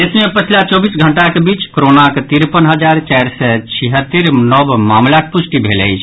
देश मे पछिला चौबीस घंटाक बीच कोरोनाक तिरपन हजार चारि सय छिहत्तरि नव मामिलाक पुष्टि भेल अछि